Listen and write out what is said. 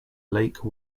lake